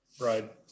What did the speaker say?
Right